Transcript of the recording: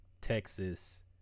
Texas